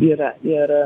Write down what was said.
yra ir